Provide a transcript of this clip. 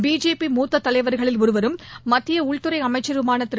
BJP மூத்த தலைவர்களில் ஒருவரும் மத்திய உள்துறை அமைச்சருமான திரு